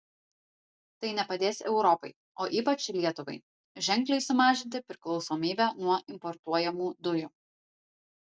tai nepadės europai o ypač lietuvai ženkliai sumažinti priklausomybę nuo importuojamų dujų